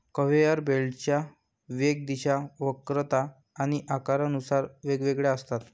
conveyor बेल्टच्या वेग, दिशा, वक्रता आणि आकारानुसार वेगवेगळ्या असतात